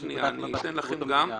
--- אני אתן גם לכם.